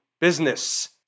business